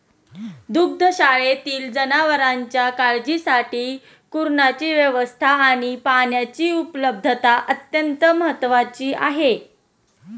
दुग्धशाळेतील जनावरांच्या काळजीसाठी कुरणाची व्यवस्था आणि पाण्याची उपलब्धता अत्यंत महत्त्वाची आहे